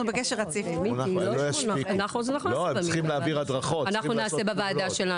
<< יור >> פנינה תמנו (יו"ר הוועדה לקידום מעמד האישה